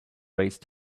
raise